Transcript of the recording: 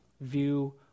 view